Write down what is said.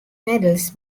medals